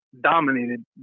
dominated